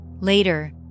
Later